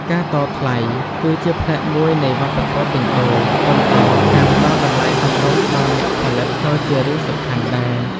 ការតថ្លៃគឺជាផ្នែកមួយនៃវប្បធម៌ទិញដូរ ប៉ុន្តែការផ្តល់តម្លៃសមរម្យដល់អ្នកផលិតក៏ជារឿងសំខាន់ដែរ។